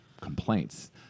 complaints